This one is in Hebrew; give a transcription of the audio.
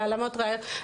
להעלמת ראיות,